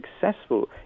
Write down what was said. successful